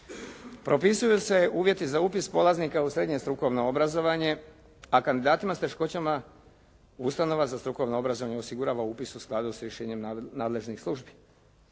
Propisuju se uvjeti za upis polaznika u srednje strukovno obrazovanje, a kandidatima s teškoćama ustanova za strukovno obrazovanje osigurava upis u skladu s rješenjem nadležnih službi.